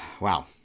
Wow